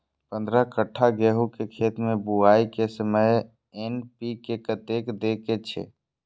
पंद्रह कट्ठा गेहूं के खेत मे बुआई के समय एन.पी.के कतेक दे के छे?